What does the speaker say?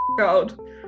out